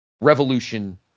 revolution